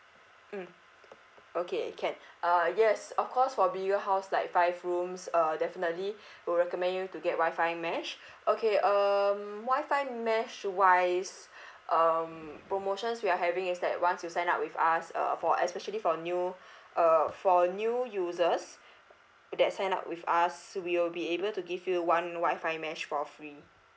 mm okay can uh yes of course for bigger house like five rooms uh definitely we'll recommend you to get wifi mesh okay um wifi mesh wise um promotions we are having is that once you sign up with us uh for especially for new uh for new users that sign up with us we will be able to give you one wifi mesh for free